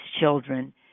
children